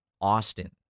austin